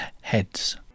Heads